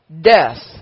death